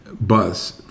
bus